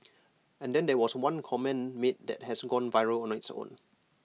and then there was one comment made that has gone viral on its own